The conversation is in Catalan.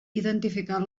identificar